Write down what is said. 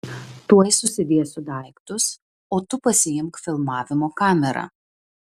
tuoj susidėsiu daiktus o tu pasiimk filmavimo kamerą